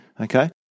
okay